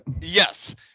yes